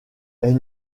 est